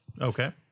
Okay